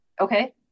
Okay